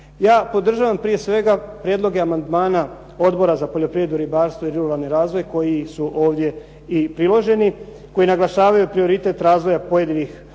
Ja podržavam prije svega prijedloge amandmana Odbora za poljoprivredu, ribarstvo i ruralni razvoj koji su ovdje i priloženi, koji naglašavaju prioritet razvoja pojedinih